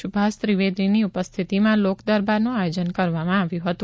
સુભાષ ત્રિવેદીની ઉપસ્થિતિમાં લોકદરબારનું આયોજન કરવામાં આવ્યું હતું